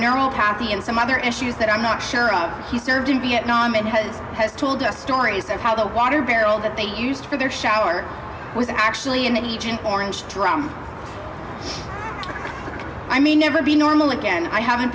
neuropathy and some other issues that i'm not sure of he served in vietnam and has has told us stories of how the water barrel that they used for their shower was actually an agent orange drum i may never be normal again i haven't